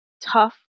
tough